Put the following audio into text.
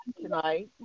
tonight